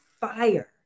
fire